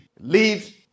leaves